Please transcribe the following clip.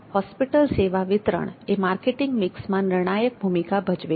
hospital સેવા વિતરણ એ માર્કેટિંગ મિક્સમાં નિર્ણાયક ભૂમિકા ભજવે છે